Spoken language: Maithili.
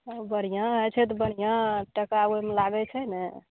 ओ बढ़िआँ होइ छै तऽ बढ़िआँ टका ओहिमे लागै छै ने